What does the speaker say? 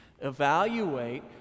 Evaluate